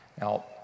Now